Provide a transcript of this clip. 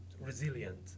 resilient